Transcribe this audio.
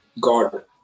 God